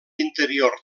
interior